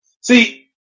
See